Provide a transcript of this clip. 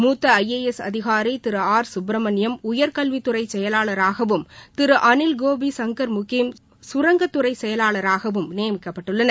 மூத்த I A S அதிகாரி திரு ஆர் சுப்ரமணியம் உயர்கல்வித்துறை செயலாளராகவும் திரு அனில் கோபி சங்கர் முக்கிம் சுரங்கத்துறை செயலாளராகவும் நியமிக்கப்பட்டுள்ளனர்